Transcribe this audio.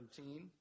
17